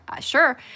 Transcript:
Sure